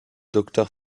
docteur